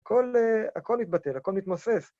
הכל הכל נתבטל, הכל מתמוסס.